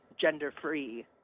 gender-free